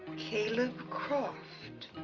caleb croft